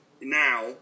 Now